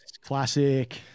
classic